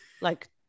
Like-